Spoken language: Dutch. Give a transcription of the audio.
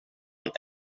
een